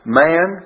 man